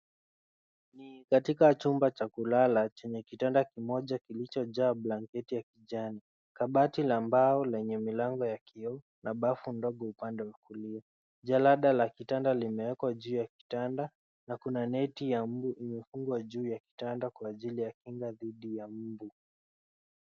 Ni katika chumba cha kulala chenye kitanda kimoja kilichojaa blanketi ya kijani. Kabati la mbao lenye milango ya kioo na bafu ndogo upande wa kulia. Jalada la kitanda limewekwa juu ya kitanda na kuna neti ya mbu imefungwa juu ya kitanda kwa ajili ya kinga dhidi ya mbu.